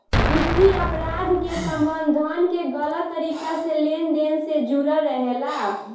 वित्तीय अपराध के संबंध धन के गलत तरीका से लेन देन से जुड़ल रहेला